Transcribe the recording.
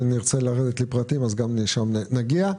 אם נרצה לרדת לפרטים, גם לשם נגיע.